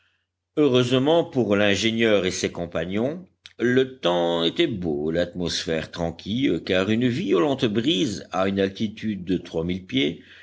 heureusement pour l'ingénieur et ses compagnons le temps était beau l'atmosphère tranquille car une violente brise à une altitude de trois mille pieds